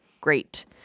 Great